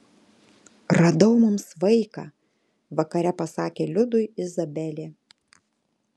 radau mums vaiką vakare pasakė liudui izabelė